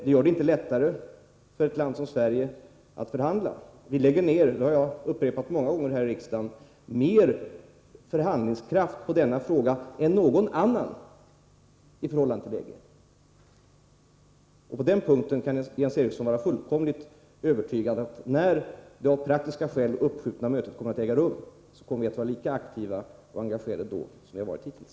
Det gör det inte lättare för ett land som Sverige att förhandla. Vi lägger ned — det har jag upprepat många gånger här i riksdagen — mer förhandlingskraft på denna fråga än på någon annan fråga i förhållande till EG. Jens Eriksson kan vara fullkomligt övertygad om att när det av praktiska skäl uppskjutna mötet kommer att äga rum, så kommer vi att vara lika aktiva och engagerade som vi har varit hittills.